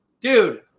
Dude